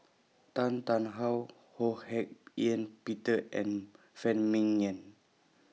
Tan Tarn How Ho Hak Ean Peter and Phan Ming Yen